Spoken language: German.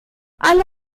alle